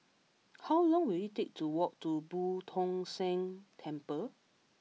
how long will it take to walk to Boo Tong San Temple